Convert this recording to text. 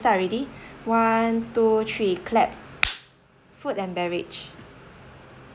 start already one two three clap food and beverage